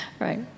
Right